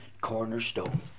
cornerstone